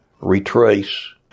retrace